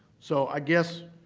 so, i guess